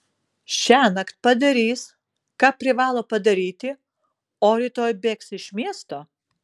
šiąnakt padarys ką privalo padaryti o rytoj bėgs iš miesto